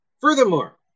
Furthermore